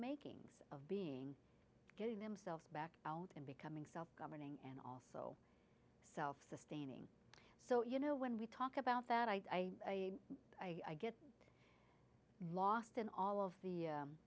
makings of being getting themselves back out and becoming self governing and also self sustaining so you know when we talk about that i i get lost in all of the